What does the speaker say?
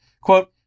Quote